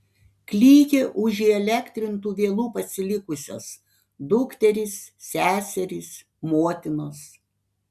klykė už įelektrintų vielų pasilikusios dukterys seserys motinos